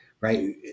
right